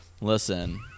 Listen